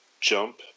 jump